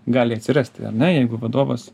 gali atsirasti ar ne jeigu vadovas